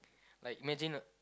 like imagine